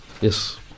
yes